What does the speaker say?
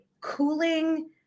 cooling